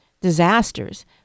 disasters